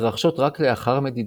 מתרחשת רק לאחר מדידה.